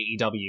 AEW